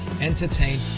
entertain